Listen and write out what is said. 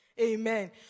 Amen